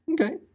Okay